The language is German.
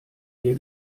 wir